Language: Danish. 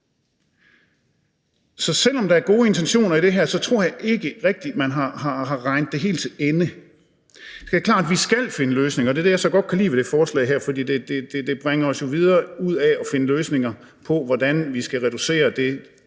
Så selv om der er gode intentioner i det her forslag, tror jeg ikke rigtig man har regnet det helt til ende. Det er klart, at vi skal finde løsninger, og det er det, jeg så godt kan lide ved det her forslag, for det bringer os jo videre mod at finde løsninger på, hvordan vi skal reducere det